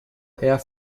air